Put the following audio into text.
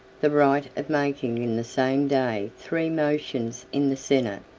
the right of making in the same day three motions in the senate,